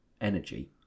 energy